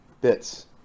bits